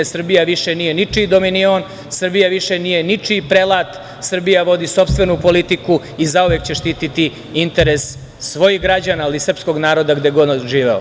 Srbija nije više ničiji dominion, Srbija više nije ničiji prelat, Srbija vodi sopstvenu politiku i zauvek će štititi interes svojih građana, ali i srpskog naroda gde god on živeo.